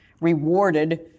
rewarded